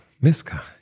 miska